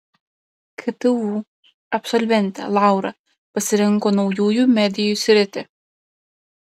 ktu absolventė laura pasirinko naujųjų medijų sritį